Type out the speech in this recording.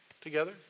together